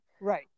Right